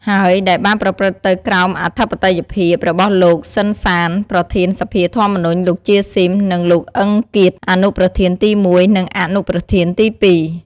ហើយ ដែលបានប្រព្រឹត្តទៅក្រោមអធិបតីភាពរបស់លោក សឺន សាន ប្រធានសភាធម្មនុញ្ញ លោក ជា ស៊ីម និងលោក អ៊ឹង គៀត អនុប្រធានទី១ និងអនុប្រធានទី២។